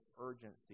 urgency